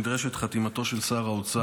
נדרשת חתימתו של שר האוצר.